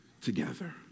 together